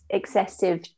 excessive